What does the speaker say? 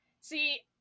See